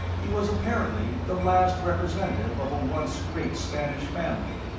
he was apparently the last representative of a once great spanish family,